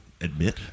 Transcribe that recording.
admit